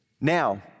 Now